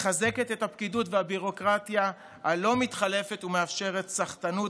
מחזקת את הפקידות והביורוקרטיה הלא-מתחלפת ומאפשרת סחטנות,